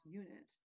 unit